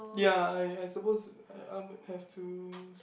ya I I suppose I I would have to